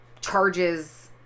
charges